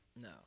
No